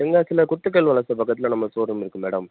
தென்காசியில் குத்துக்கல் வலசை பக்கத்தில் நம்ம ஷோரூம் இருக்குது மேடம்